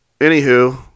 anywho